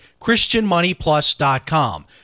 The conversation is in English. ChristianMoneyPlus.com